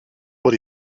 what